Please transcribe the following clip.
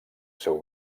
seu